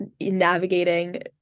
navigating